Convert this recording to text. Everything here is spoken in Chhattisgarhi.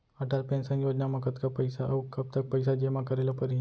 अटल पेंशन योजना म कतका पइसा, अऊ कब तक पइसा जेमा करे ल परही?